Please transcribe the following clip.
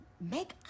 make